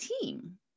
team